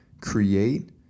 create